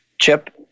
Chip